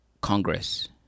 Congress